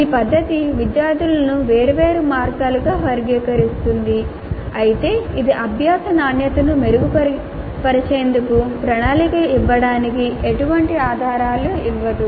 ఈ పద్ధతి విద్యార్థులను వేర్వేరు వర్గాలుగా వర్గీకరిస్తుంది అయితే ఇది అభ్యాస నాణ్యతను మెరుగుపరిచేందుకు ప్రణాళికలు ఇవ్వడానికి ఎటువంటి ఆధారాలు ఇవ్వదు